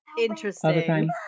Interesting